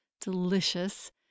delicious